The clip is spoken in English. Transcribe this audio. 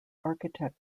architect